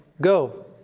Go